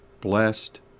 blessed